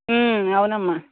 అవునమ్మ